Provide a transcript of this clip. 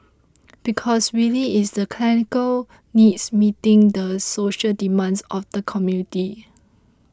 because really it's the clinical needs meeting the social demands of the community